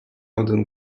один